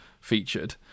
featured